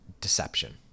deception